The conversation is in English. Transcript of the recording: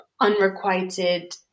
unrequited